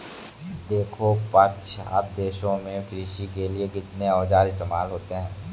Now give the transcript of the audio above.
देखो पाश्चात्य देशों में कृषि के लिए कितने औजार इस्तेमाल होते हैं